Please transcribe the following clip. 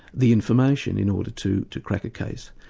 the information, in order to to crack a case.